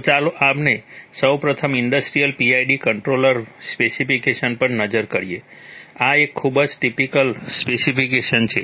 તો ચાલો આપણે સૌ પ્રથમ ઈન્ડસ્ટ્રિયલ PID કંટ્રોલર સ્પેસિફિકેશન પર નજર કરીએ આ એક ખૂબ જ ટીપીકલ સ્પેસિફિકેશન છે